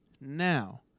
now